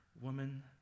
Woman